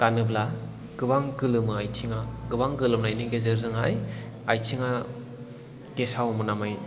गानोब्ला गोबां गोलोमो आथिङा गोबां गोलोमनायनि गेजेरजोंहाय आथिङा गेसाव मोनामनाय